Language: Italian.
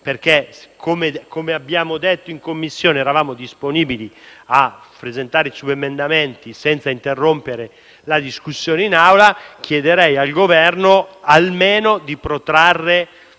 perché, come abbiamo detto in Commissione, siamo disponibili a presentare i subemendamenti senza interrompere la discussione in Aula. Chiedo pertanto al Governo almeno di posticipare